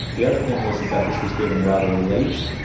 the other thing was that this was given rather late.